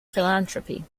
philanthropy